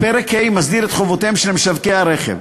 פרק ה' מסדיר את חובותיהם של משווקי הרכב.